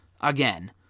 Again